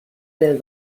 del